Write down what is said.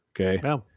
Okay